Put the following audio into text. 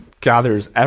gathers